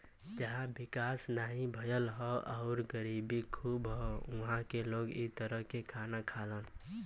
जहां विकास नाहीं भयल हौ आउर गरीबी खूब हौ उहां क लोग इ तरह क खाना खालन